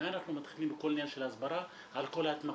מניין אנחנו מתחילים את כל העניין של ההסברה על כל ההתמכרויות.